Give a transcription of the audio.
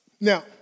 Now